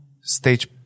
stage